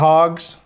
Hogs